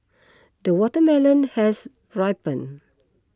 the watermelon has ripened